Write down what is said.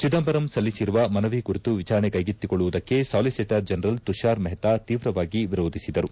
ಚಿದಂಬರಂ ಸಲ್ಲಿಸಿರುವ ಮನವಿ ಕುರಿತು ವಿಜಾರಣೆ ಕೈಗೆತ್ತಿಕೊಳ್ಳುವುದಕ್ಕೆ ಸಾಲಿಸಿಟರ್ ಜನರಲ್ ತುಷಾರ್ ಮೆಹ್ತಾ ತೀವ್ರವಾಗಿ ವಿರೋಧಿಸಿದರು